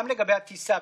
על המתמטיקה,